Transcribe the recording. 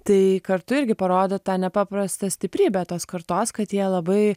tai kartu irgi parodo tą nepaprastą stiprybę tos kartos kad jie labai